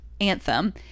anthem